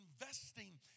investing